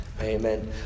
Amen